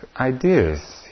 ideas